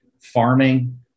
farming